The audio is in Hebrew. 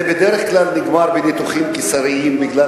זה בדרך כלל נגמר בניתוחים קיסריים בגלל